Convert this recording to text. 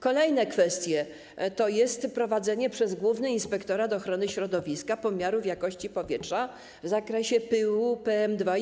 Kolejna kwestia to jest prowadzenie przez Główny Inspektorat Ochrony Środowiska pomiarów jakości powietrza w zakresie pyłu PM2,5.